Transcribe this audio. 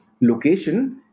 location